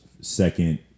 second